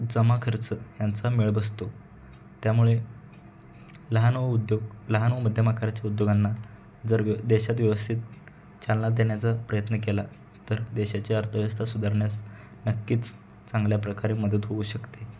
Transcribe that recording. जमा खर्च ह्यांचा मेळ बसतो त्यामुळे लहान व उद्योग लहान व मध्यम आकाराच्या उद्योगांना जर व्य देशात व्यवस्थित चालना देण्याचा प्रयत्न केला तर देशाची अर्थव्यवस्था सुधारण्यास नक्कीच चांगल्या प्रकारे मदत होऊ शकते